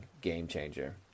game-changer